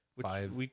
five